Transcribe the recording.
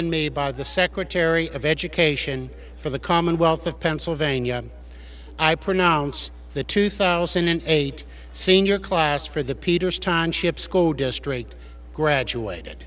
in me by the secretary of education for the commonwealth of pennsylvania i pronounced the two thousand and eight senior class for the peters time ships go district graduated